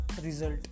result